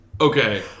Okay